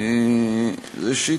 ראשית,